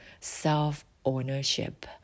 self-ownership